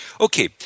Okay